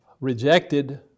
rejected